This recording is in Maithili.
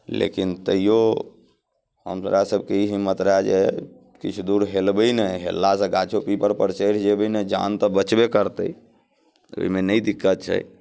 लेकिन तैयो हमरासभके ई हिम्मत रहए जे किछु दूर हेलबै नहि हेललासँ गाछो पीपरपर चढ़ि जेबै ने जान तऽ बचबे करतै ओहिमे नहि दिक्कत छै